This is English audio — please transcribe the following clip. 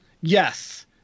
Yes